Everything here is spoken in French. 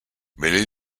mais